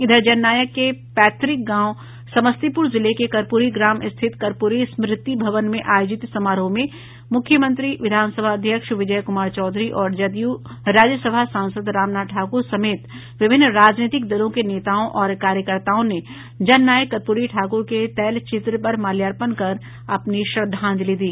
इधर जननायक के पैतृक गांव समस्तीपुर जिले के कर्पूरी ग्राम स्थित कर्पूरी स्मृति भवन में आयोजित समारोह में भी मुख्यमंत्री विधानसभा अध्यक्ष विजय कुमार चौधरी और जदयू राज्यसभा सांसद रामनाथ ठाकूर समेत विभिन्न राजनीतिक दलों के नेताओं और कार्यकर्ताओं ने जननायक कर्पूरी ठाकुर के तैल चित्र पर माल्यार्पण कर अपनी श्रद्वांजलि दी